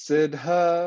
Sidha